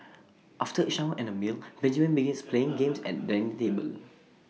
after A shower and A meal Benjamin begins playing games at dining table